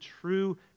true